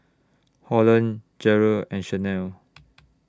Holland Jere and Shanell